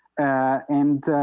and